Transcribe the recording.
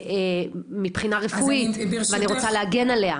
מבחינה רפואית ואני רוצה להגן עליה.